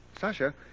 Sasha